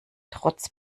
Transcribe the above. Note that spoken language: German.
trotz